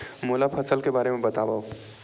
मोला फसल के बारे म बतावव?